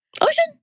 ocean